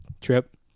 trip